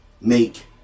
make